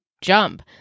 jump